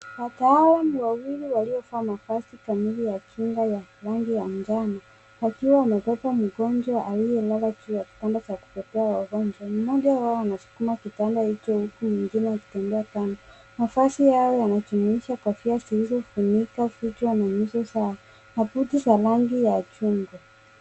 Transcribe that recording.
Watu hawa ni wawili waliovaa mavazi kamili ya kinga ya rangi ya njano, wakiwa wamebeba mgonjwa aliyelala juu ya kitanda cha kubebea wagonjwa. Mmoja wao anasukuma kitanda hicho huku mwingine akitembea kando. Mavazi yao yanajumuisha kofia zilizo funika vichwa na nyuso zao na buti za rangi ya chungwa.